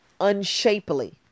unshapely